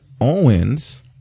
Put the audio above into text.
Owens